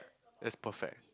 it's perfect